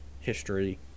history